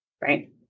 Right